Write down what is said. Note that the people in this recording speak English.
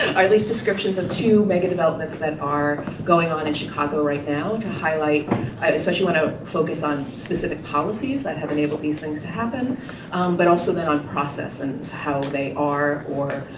these descriptions of two megadevelopments that are going on in chicago right now to highlight i especially want to focus on specific policies that have enabled these things to happen but also that on process and how they are or,